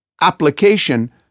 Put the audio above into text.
application